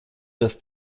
dass